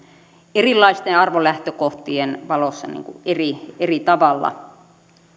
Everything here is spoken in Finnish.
erilaisten arvolähtökohtien valossa eri eri tavalla